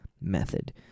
method